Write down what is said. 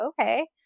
okay